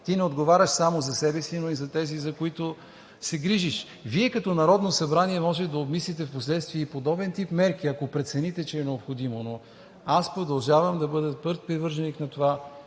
Ти не отговаряш само за себе си, но и за тези, за които се грижиш. Вие, като Народно събрание, може да обмислите впоследствие и подобен тип мерки, ако прецените, че е необходимо, но аз продължавам да бъда твърд привърженик на това: